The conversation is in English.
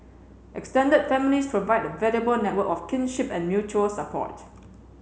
extended families provide a valuable network of kinship and mutual support